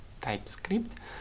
TypeScript